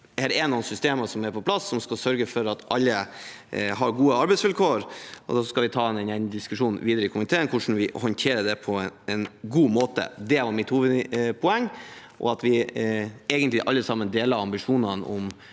er det noen systemer på plass som skal sørge for at alle har gode arbeidsvilkår. Så skal vi ta denne diskusjonen videre i komiteen, hvordan vi håndterer det på en god måte. Det var mitt hovedpoeng – og at vi alle sammen egentlig deler ambisjonene om